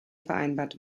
vereinbart